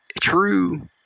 true